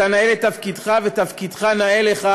אתה נאה לתפקידך ותפקידך נאה לך,